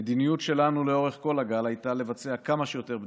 המדיניות שלנו לאורך כל הגל הייתה לבצע כמה שיותר בדיקות,